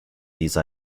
these